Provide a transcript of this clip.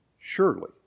surely